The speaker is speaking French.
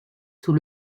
sous